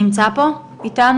נמצא פה אתנו?